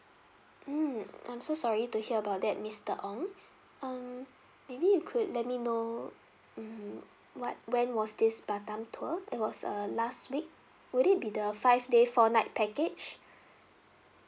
mm I'm so sorry to hear about that mister ong um maybe you could let me know mm what when was this batam tour it was uh last week would it be the five day four night package